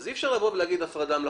אי אפשר לבוא ולומר הפרדה מלאכותית.